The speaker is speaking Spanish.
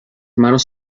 manos